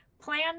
plan